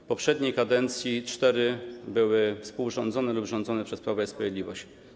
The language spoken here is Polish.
W poprzedniej kadencji cztery były współrządzone lub rządzone przez Prawo i Sprawiedliwość.